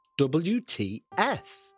WTF